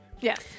Yes